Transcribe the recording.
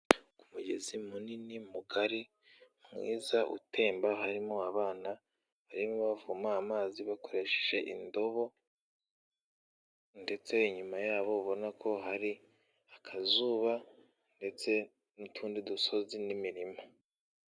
Umugezi munini, mugari, mwiza, utemba harimo abana barimo bavoma amazi bakoresheje indobo ndetse inyuma yabo ubona ko hari akazuba ndetse n'utundi dusozi n'imirima.